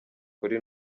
kuri